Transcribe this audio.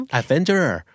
adventurer